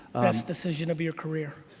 best decision of your career.